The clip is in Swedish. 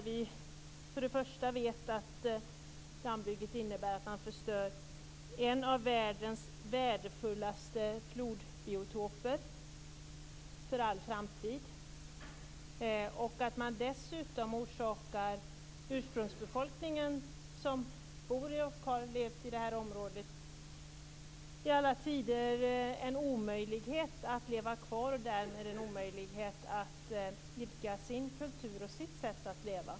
Vi vet att dammbygget innebär att man förstör en av världens värdefullaste flodbiotoper för all framtid och att man dessutom förorsakar ursprungsbefolkningen som bor i och har levt i det här området i alla tider en omöjlighet att leva kvar där och en omöjlighet att idka sin kultur och sitt sätt att leva.